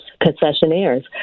Concessionaires